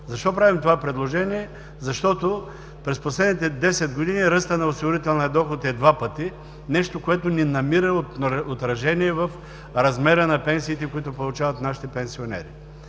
Защо правим това предложение? Защото през последните 10 години ръстът на осигурителния доход е два пъти – нещо, което не намира отражение в размера на пенсиите, които получават нашите пенсионери.